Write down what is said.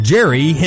Jerry